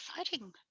exciting